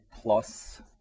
Plus